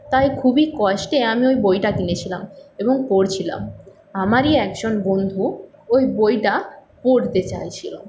তাই খুবই কষ্টে আমি ওই বইটা কিনেছিলাম এবং পড়ছিলাম আমারই একজন বন্ধু ওই বইটা পড়তে চাইছিল